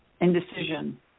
indecision